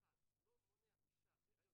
אני אומר שכן יוצא טוב, טוב מאוד,